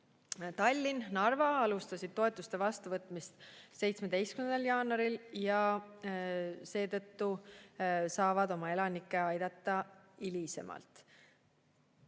Tallinn ja Narva alustasid toetuste vastuvõtmist 17. jaanuaril ja seetõttu saavad nad oma elanikke aidata hiljem.